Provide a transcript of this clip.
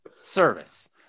service